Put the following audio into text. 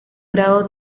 grado